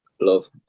love